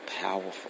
powerful